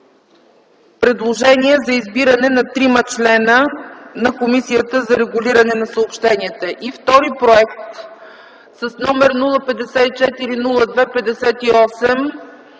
предложение за избиране на трима членове на Комисията за регулиране на съобщенията. Постъпил е и втори проект с № 054-02-58